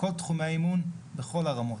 בכל תחומי האימון ובכל הרמות.